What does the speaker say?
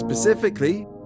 Specifically